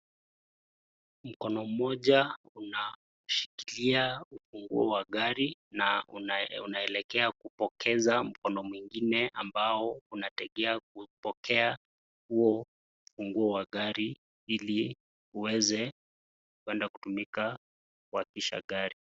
Mkono mmoja unashikilia ufunguo wa gari na unaelekea kupokeza mkono mwingine ambao unategea kupokea huo ufunguo wa gari ili uweze kuenda kutumika kuakisha gari.